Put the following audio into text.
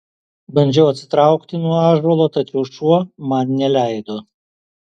bandžiau atsitraukti nuo ąžuolo tačiau šuo man neleido